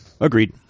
Agreed